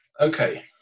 okay